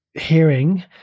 hearing